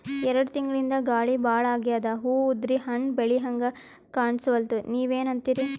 ಎರೆಡ್ ತಿಂಗಳಿಂದ ಗಾಳಿ ಭಾಳ ಆಗ್ಯಾದ, ಹೂವ ಉದ್ರಿ ಹಣ್ಣ ಬೆಳಿಹಂಗ ಕಾಣಸ್ವಲ್ತು, ನೀವೆನಂತಿರಿ?